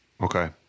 okay